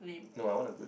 no I want a good